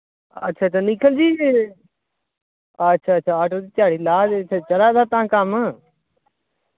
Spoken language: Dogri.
अच्छा अच्छा निखिल जी अच्छा अच्छा आटो च ध्याड़ी लादे ते चला दा तां कम्म